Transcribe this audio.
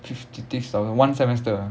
fifty six thousand one semester